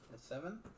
Seven